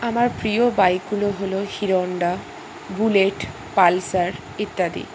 আমার প্রিয় বাইকগুলো হলো হিরোহন্ডা বুলেট পালসার ইত্যাদি